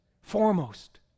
foremost